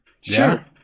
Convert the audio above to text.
Sure